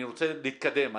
אני רוצה להתקדם.